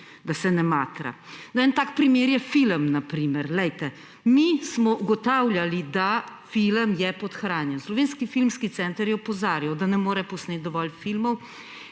da se ne matra. En tak primer je na primer film. Mi smo ugotavljali, da je film podhranjen, Slovenski filmski center je opozarjal, da ne more posneti dovolj filmov,